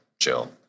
chill